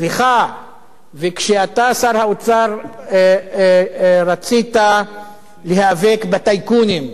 סליחה, וכשאתה, שר האוצר, רצית להיאבק בטייקונים,